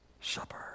supper